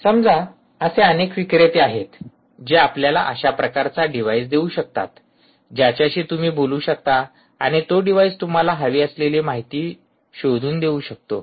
समजा असे अनेक विक्रेते आहेत जे आपल्याला अशा प्रकारचा डिव्हाइस देऊ शकतात ज्याच्याशी तुम्ही बोलू शकता आणि तो डिव्हाइस तुम्हाला हवी असलेली माहिती शोधून देऊ शकतो